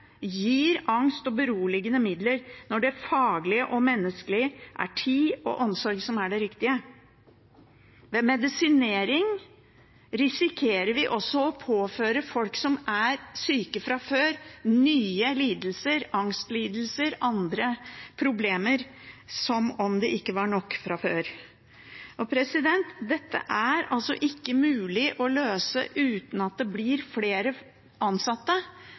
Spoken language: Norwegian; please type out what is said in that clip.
og beroligende midler når det faglig sett er menneskelig tid og omsorg som er det riktige. Ved medisinering risikerer vi også å påføre folk som er syke fra før, nye lidelser – angstlidelser, andre problemer – som om det ikke var nok fra før. Dette er ikke mulig å løse uten at det blir flere ansatte,